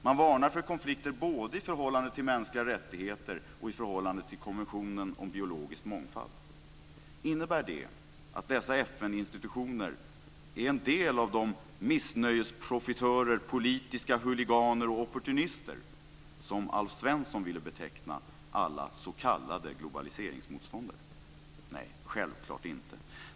Man varnar för konflikter både i förhållande till mänskliga rättigheter och i förhållande till konventionen om biologisk mångfald. Innebär det att dessa FN-institutioner är en del av de missnöjesprofitörer, politiska huliganer och opportunister som Alf Svensson ville beteckna alla s.k. globaliseringsmotståndare som? Nej, självklart inte.